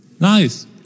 nice